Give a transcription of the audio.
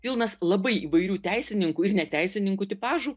pilnas labai įvairių teisininkų ir neteisininkų tipažų